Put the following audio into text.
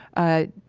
ah,